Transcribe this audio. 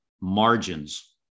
margins